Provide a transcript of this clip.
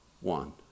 one